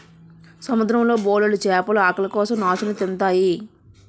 సముద్రం లో బోలెడు చేపలు ఆకలి కోసం నాచుని తింతాయి